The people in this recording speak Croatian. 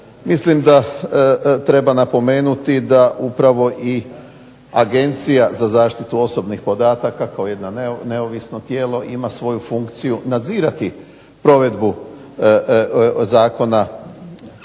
mislim da treba napomenuti da upravo i Agencija za zaštitu osobnih podataka kao jedno neovisno tijelo ima svoju funkciju nadzirati provedbu zakona.